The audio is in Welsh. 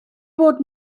bod